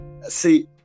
see